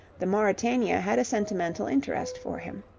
the mauritania had a sentimental interest for him.